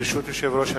ברשות יושב-ראש הכנסת,